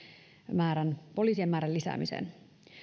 määrän poliisien määrän lisäämiseen